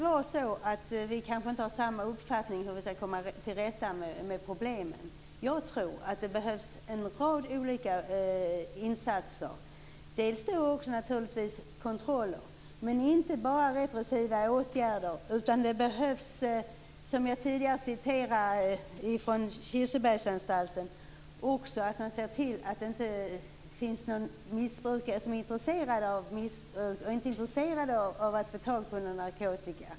Vi kanske inte har samma uppfattning om hur vi skall komma till rätta med problemen. Jag tror att det behövs en rad olika insatser, naturligtvis också kontroll, men inte bara repressiva åtgärder. Som jag nämnde i fråga om Kirsebergsanstalten måste man se till att det inte finns några missbrukare som är intresserade av att få tag på narkotika.